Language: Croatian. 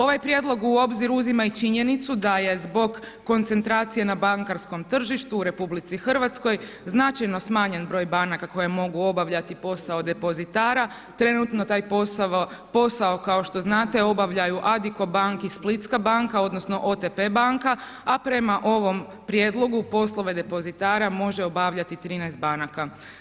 Ovaj prijedlog u obzir uzima i činjenicu da je zbog koncentracije na bankarskom tržištu u RH značajno smanjen broj banaka koje mogu obavljati posao depozitara, trenutno taj posao, kao što znate, obavljaju Adico Bank i Splitska banka odnosno OTP banka, a prema ovom Prijedlogu poslove depozitara može obavljati 13 banaka.